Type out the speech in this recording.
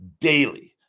daily